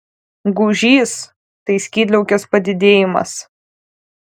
gūžys tai skydliaukės padidėjimas